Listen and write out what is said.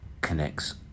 connects